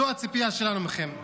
זו הציפייה שלנו מכם.